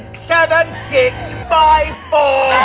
seven, six, five, four.